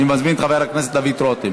אני מזמין את חבר הכנסת דוד רותם.